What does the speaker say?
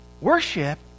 Worship